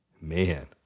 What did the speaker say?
man